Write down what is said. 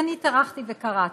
כי אני טרחתי וקראתי,